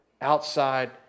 outside